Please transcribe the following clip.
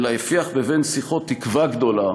אלא הפיח בבן-שיחו תקווה גדולה,